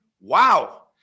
wow